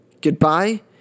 goodbye